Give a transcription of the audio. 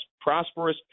prosperous